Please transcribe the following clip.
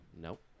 Nope